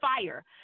fire